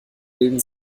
bilden